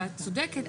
ואת צודקת,